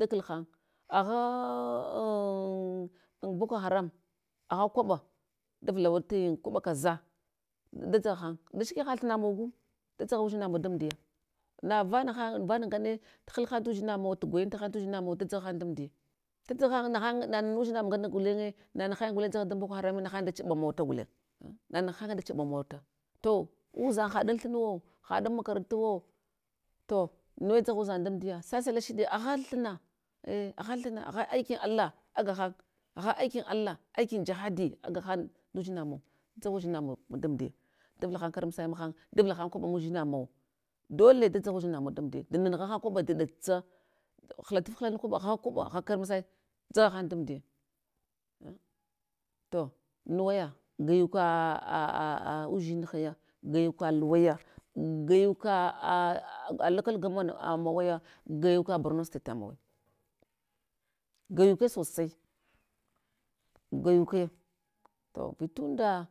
Dakil han boko haram, agha kwaɓa, davulawatayin kwaɓa kaza, da dzaghahan, dashike ha thuna mogu, dadzagha udzinamawa damdiya, navana han vana ngane tuhulhan tudzinamawa tu goyontahan tudzina mawa, dadzzaghahan damdiya, dadzaghahan nahan nge nanana udzinamun ngana gulenye nanahan ngane dzagha dan boko harame nahanye da chuɓama wata gulen, nanahanye da chuɓama wata gulen, nanahanye da chuɓama ta. To udzan haɗ anthunawo, haɗ an makarantawo, to ne dzagha udzan damdiya, sasa lashiɗe agha thuna, a agha thuna agha aiki allah agahan agha aikin allah, acikin jahadi aga han ndudzina maw, dzagha udzina mawa damdiya, davulhan karmasai mahan daval han kwaɓa mudzinamawa dole da dzagha udzina mawa damdiya, don nunu ghahan kwaɓa duɗtsa dv hlataf hlal kwaɓa agha kwaɓa, agha karmasaya dzagha han damdiya, an to nuwaya, gwayuka aa udzinhaya, gwayuka luwaya an gwayuka aa lokal government na mawaya, gwayuka borno state ta mawaya. Gwayuke sosai, gwayukuya to tunda